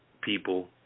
people